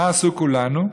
מה עשו "כולנו"?